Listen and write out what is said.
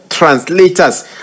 translators